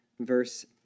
verse